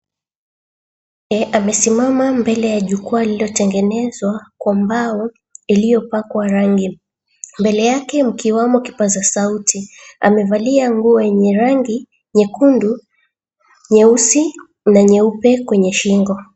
Amesimama mbele ya jukwaa lililotengenezwa kwa mbao iliyopakwa rangi, mbele yake mkiwamo kipaza sauti. Amevalia nguo yenye rangi nyekundu, nyeusi na nyeupe kwenye shingo.